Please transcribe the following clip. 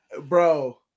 Bro